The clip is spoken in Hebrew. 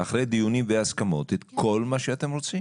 אחרי דיונים והסכמות את כל מה שאתם רוצים.